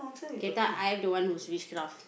I'm the one whose witchcraft